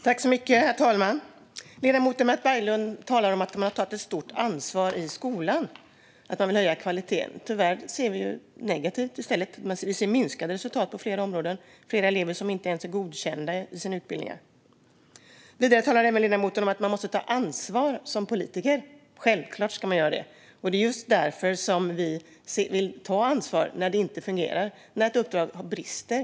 Herr talman! Ledamoten Mats Berglund talar om att de har tagit ett stort ansvar i skolan och att man vill höja kvaliteten. Det finns också det som är negativt: Vi ser minskade resultat på flera områden och fler elever som inte ens är godkända på sina utbildningar. Ledamoten talar även om att man som politiker måste ta ansvar. Självklart ska man göra det, och det är just därför som vi tar ansvar när det inte fungerar och när ett uppdrag brister.